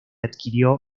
adquirió